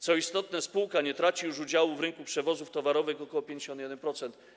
Co istotne, spółka nie traci już udziału w rynku przewozów towarowych, który wynosi ok. 51%.